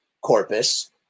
corpus